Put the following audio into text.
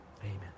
Amen